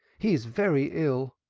he is very ill.